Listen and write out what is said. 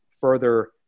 further